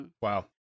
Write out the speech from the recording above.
Wow